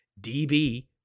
DB